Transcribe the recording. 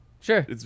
sure